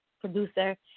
producer